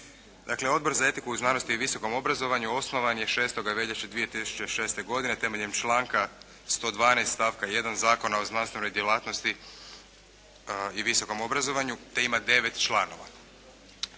Dakle Odbor za etiku, znanost i visokom obrazovanju osnovan je 6. veljače 2006. godine temeljem članka 112. stavka 1. Zakona o znanstvenoj djelatnosti i visokom obrazovanju te ima devet članova.